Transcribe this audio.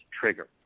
trigger